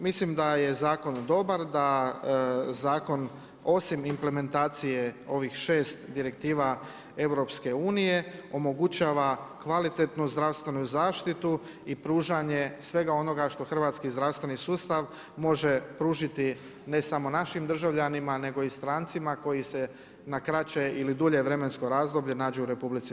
Mislim da je zakon dobar, da zakon osim implementacije ovih 6 direktiva EU, omogućava kvalitetnu zdravstvenu zaštitu i pružanje svega onoga što hrvatski zdravstveni sustav može pružiti ne samo našim državljanima nego i strancima koji se na krače ili dulje vremensko razdoblje nađu u RH.